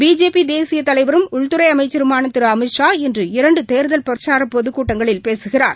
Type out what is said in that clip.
பிஜேபிதேசியதலைவரும் உள்துறைஅமைச்சருமானதிருஅமித் ஷா இன்ற இரன்டுதேர்தல் பொதுக் கூட்டங்களில் பேசுகிறார்